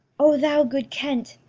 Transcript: o thou good kent,